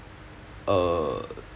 err